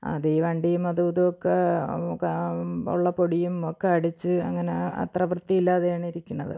അതീ വണ്ടിയും അതും ഇതും ഒക്കെ ഉള്ള പൊടിയും ഒക്കെ അടിച്ച് അങ്ങനെ അത്ര വൃത്തിയില്ലാതെ ആണ് ഇരിക്കണത്